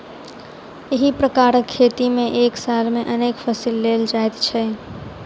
एहि प्रकारक खेती मे एक साल मे अनेक फसिल लेल जाइत छै